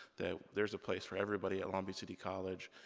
that there's a place for everybody at long beach city college,